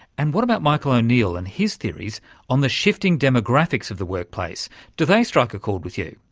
and what about michael o'neill and his theories on the shifting demographics of the workplace do they strike a chord with you?